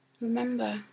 Remember